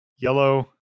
yellow